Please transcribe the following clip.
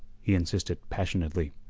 he insisted passionately.